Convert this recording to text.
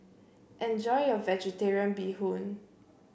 enjoy your vegetarian Bee Hoon